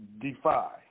defy